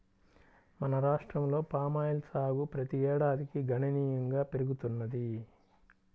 మన రాష్ట్రంలో పామాయిల్ సాగు ప్రతి ఏడాదికి గణనీయంగా పెరుగుతున్నది